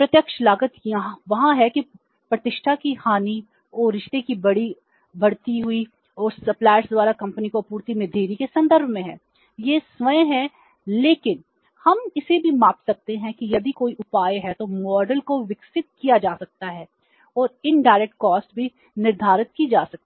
अप्रत्यक्ष लागत वहाँ है कि प्रतिष्ठा की हानि और रिश्ते की बढ़ती हुई और सप्लायर्स